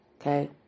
okay